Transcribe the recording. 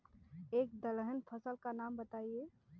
एक दलहन फसल का नाम बताइये